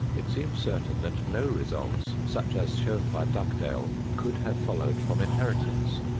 it seems certain that no results such as shown by dugdale could have followed from inheritance.